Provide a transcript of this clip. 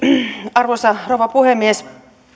arvoisa rouva puhemies